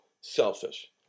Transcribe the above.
selfish